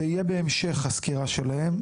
זה יהיה בהמשך הסקירה שלהם.